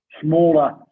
smaller